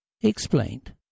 explained